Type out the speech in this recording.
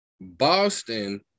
Boston